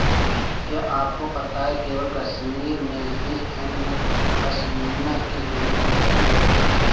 क्या आपको पता है केवल कश्मीर में ही हैंडमेड पश्मीना की मैन्युफैक्चरिंग होती है